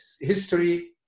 history